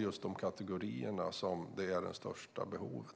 just de kategorier av bostäder som det är störst behov av.